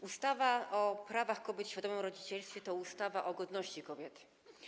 Ustawa o prawach kobiet i świadomym rodzicielstwie to ustawa o godności kobiet.